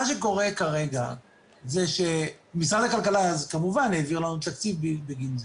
כמובן שמשרד הכלכלה העביר לנו תקציב בגין זה,